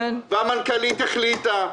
והמנכ"לית החליטה.